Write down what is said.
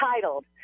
titled